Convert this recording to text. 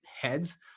heads